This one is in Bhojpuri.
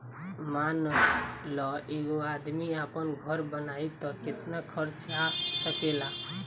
मान ल एगो आदमी आपन घर बनाइ त केतना खर्च आ सकेला